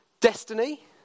Destiny